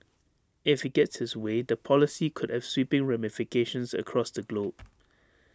if he gets his way the policy could have sweeping ramifications across the globe